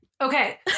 Okay